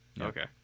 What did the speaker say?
Okay